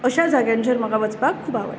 अश्या जाग्यांचेर म्हाका वचपाक खूब आवडटा